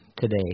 today